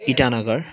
Itanagar